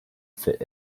fit